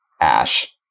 ash